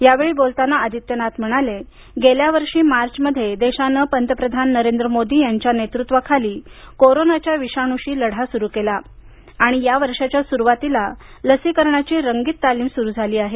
यावेळी बोलताना आदित्यनाथ म्हणाले गेल्या वर्षी मार्चमध्ये देशानं पंतप्रधान नरेंद्र मोदी यांच्या नेतृत्वाखाली कोरोनाच्या विषाणूशी लढा सुरू केला आणि या वर्षाच्या सुरुवातीला लसीकरणाची रंगीत तालीम सुरू झाली आहे